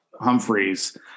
Humphreys